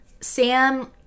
Sam